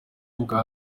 bwa